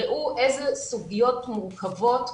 ראו איזה סוגיות מורכבות,